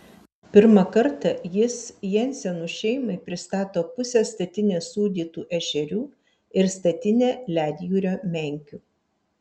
pirmą kartą jis jensenų šeimai pristato pusę statinės sūdytų ešerių ir statinę ledjūrio menkių